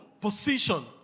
position